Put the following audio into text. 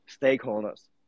stakeholders